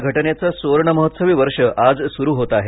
या घटनेचं सुवर्ण महोत्सवी वर्ष आज सुरू होतं आहे